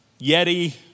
Yeti